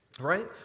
right